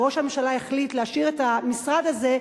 וראש הממשלה החליט להשאיר את המשרד הזה,